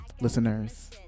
listeners